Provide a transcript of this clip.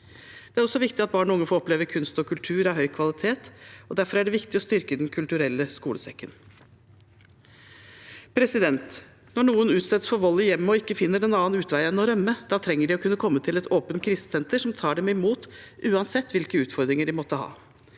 Det er også viktig at barn og unge får oppleve kunst og kultur av høy kvalitet, og derfor er det viktig å styrke Den kulturelle skolesekken. Når noen utsettes for vold i hjemmet og ikke finner noen annen utvei enn å rømme, trenger de å kunne komme til et åpent krisesenter som tar dem imot uansett hvilke utfordringer de måtte ha.